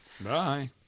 Bye